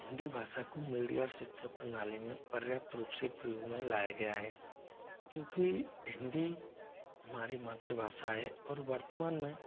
हिंदी भाषा को मीडिया और शिक्षा प्रणाली में पर्याप्त रूप से प्रयोग में लाया गया है क्योंकि हिंदी हमारी मातृभाषा है और वर्तमान में